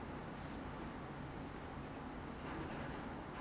but 我 find 到一个比较 cheap 的 alternative 你可以去 Ezbuy lah